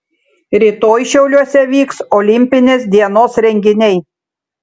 rytoj šiauliuose vyks olimpinės dienos renginiai